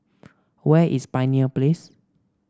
where is Pioneer Place